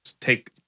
take